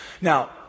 Now